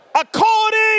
according